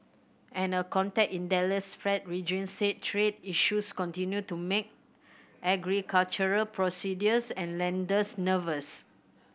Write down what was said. and a contact in the Dallas Fed region said trade issues continue to make agricultural producers and lenders nervous